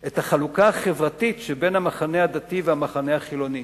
את החלוקה החברתית שבין המחנה הדתי והמחנה החילוני,